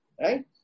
right